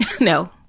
No